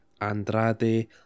Andrade